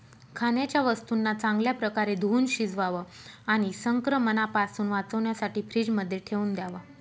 खाण्याच्या वस्तूंना चांगल्या प्रकारे धुवुन शिजवावं आणि संक्रमणापासून वाचण्यासाठी फ्रीजमध्ये ठेवून द्याव